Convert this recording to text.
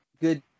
good